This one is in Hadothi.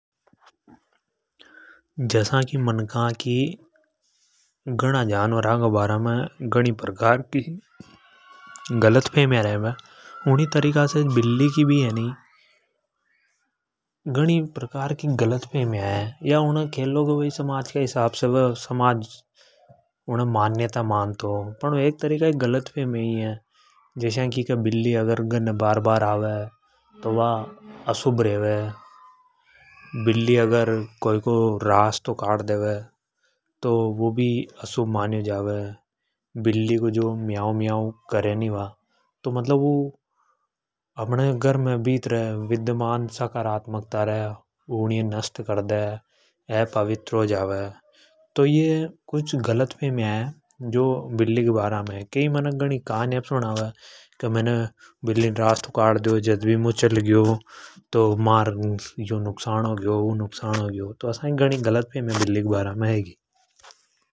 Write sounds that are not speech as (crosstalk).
﻿जैसा की मनखा ण की घणा तरीका से जानवरों के बारा में घनी प्रकार की गलतफहमीया रेवे। उनी तरीका से बिल्ली की भी है नि गणि प्रकार की गलतफहमीया है या उन्हें खेलो के समाज के हिसाब से समाज उने मान्यता मान तो हो फन एक तरीका की गलतफहमी या ही है जैसा कि बिल्ली अगर बार-बार घर ने आवे तो वा अशुभ रेवे। (noise) बिल्ली अगर कोई को रास्तो तो काट दे वे तो वु भी अशुभ मान्यो जावे। बिल्ली को जो म्याऊं म्याऊं करें नहीं तो मतलब वह अपने घर के बीत रे विद्यमान सकारात्मकता रे उणी नष्ट कर दे। तो ये अपवित्र हो जावे तो यह कुछ गलतफहमया रे। जो बिल्ली के बारा में है कई मनख घनी कहानिया भी सुनोवे की बिल्ली ने रास्तों काट ड्यो तो महारो यो नुकसान हो गयो। तो असा ही गणि गलतफैमिया रे बिल्लिया का बारा मे।